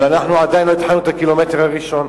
אבל אנחנו עדיין לא התחלנו את הקילומטר הראשון.